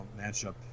matchup